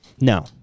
No